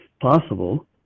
possible